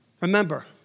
Remember